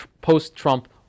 post-Trump